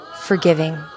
forgiving